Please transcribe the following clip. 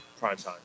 primetime